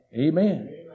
Amen